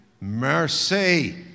mercy